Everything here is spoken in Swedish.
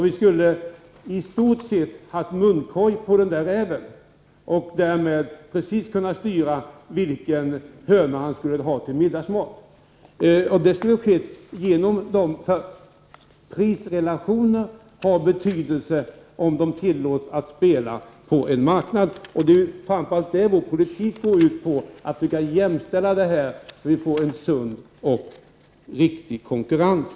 Vi skulle i stort sett ha satt munkorg på den där räven och därmed kunnat styra precis vilken höna han skulle ha till middagsmat. Prisrelationerna har betydelse, om de tillåts att fungera på en marknad. Vår politik går framför allt ut på att försöka jämställa dessa faktorer, så att vi får en sund och riktig konkurrens.